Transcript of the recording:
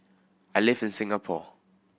I live in Singapore